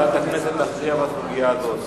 ועדת הכנסת תכריע בסוגיה הזאת.